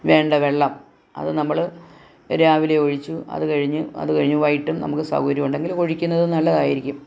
വേണ്ട വെള്ളം അത് നമ്മൾ രാവിലെ ഒഴിച്ച് അത് കഴിഞ്ഞ് അത് കഴിഞ്ഞ് വൈകിട്ടും നമുക്ക് സൗകര്യം ഉണ്ടെങ്കിൽ ഒഴിക്കുന്നത് നല്ലതായിരിക്കും